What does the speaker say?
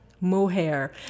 Mohair